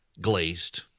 glazed